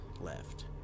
left